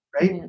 right